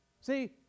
See